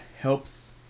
helps